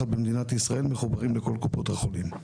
במדינת ישראל מחוברים לכל קופות החולים.